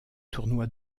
tournoi